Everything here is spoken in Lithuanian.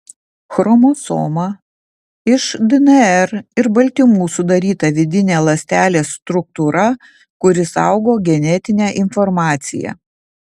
chromosoma iš dnr ir baltymų sudaryta vidinė ląstelės struktūra kuri saugo genetinę informaciją